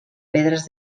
pedres